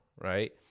right